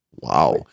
wow